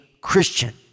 Christian